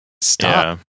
stop